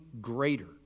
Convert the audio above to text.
greater